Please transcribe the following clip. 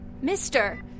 Mister